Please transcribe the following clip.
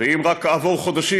ואם רק כעבור חודשים,